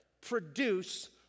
produce